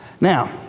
Now